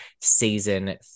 season